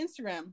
Instagram